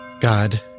God